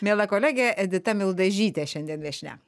miela kolegė edita mildažytė šiandien viešnia